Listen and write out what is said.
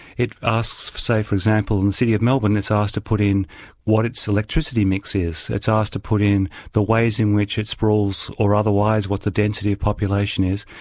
it asks, say for example, in the city of melbourne, it's asked to put in what it's electricity mix is it's asked to put in the ways in which it sprawls, or otherwise, what the density of population is,